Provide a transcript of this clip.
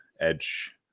edge